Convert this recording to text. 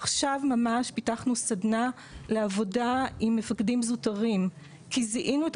ממש עכשיו פיתחנו סדנה לעבודה עם מפקדים זוטרים כי זיהינו את